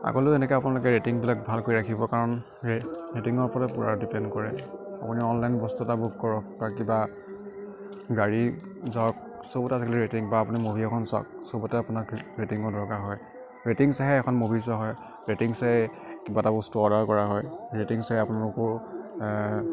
আগলৈও এনেকে আপোনালোকে ৰেটিংবিলাক ভাল কৰি ৰাখিব কাৰণ ৰেট ৰেটিংৰ ওপৰতে পুৰা ডিপেণ্ড কৰে আপুনি অনলাইন বস্তু এটা বুক কৰক বা কিবা গাড়ী জব চবতে আজিকালি ৰেটিং বা আপুনি মুভি এখন চাওক চবতে আপোনাৰ ৰেটিঙৰ দৰকাৰ হয় ৰেটিং চাইহে এখন মুভি চোৱা হয় ৰেটিং চাই কিবা এটা বস্তু অৰ্ডাৰ কৰা হয় ৰেটিং চাই আপোনালোকৰ